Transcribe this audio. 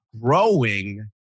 growing